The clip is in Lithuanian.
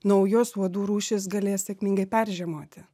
naujos uodų rūšys galės sėkmingai peržiemoti